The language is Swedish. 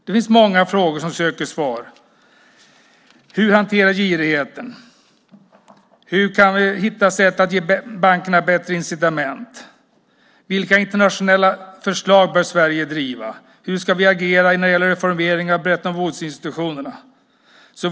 Det finns många frågor som söker svar. Hur hantera girigheten? Hur kan vi hitta sätt att ge bankerna bättre incitament? Vilka internationella förslag bör Sverige driva? Hur ska vi agera när det gäller reformering av Bretton Woods-institutionerna?